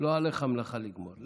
לא עליך המלאכה לגמור.